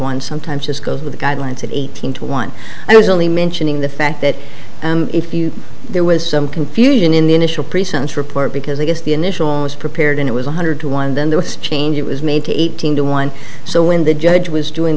one sometimes just goes with the guidelines and eighteen to one i was only mentioning the fact that if you there was some confusion in the initial pre sentence report because i guess the initial was prepared and it was one hundred to one then there was change it was made to eighteen to one so when the judge was doing